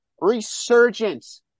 resurgence